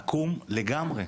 עקום לגמרי.